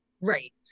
Right